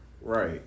Right